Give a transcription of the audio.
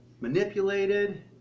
manipulated